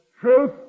truth